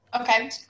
Okay